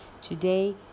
Today